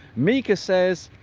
mica says